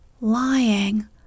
lying